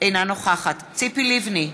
אינה נוכחת ציפי לבני,